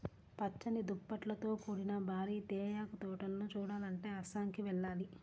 పచ్చని దుప్పట్లతో కూడిన భారీ తేయాకు తోటలను చూడాలంటే అస్సాంకి వెళ్ళాలి